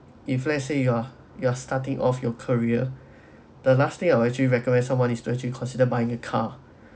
if let's say you're you're starting off your career the last thing I would actually recommend someone is to actually consider buying a car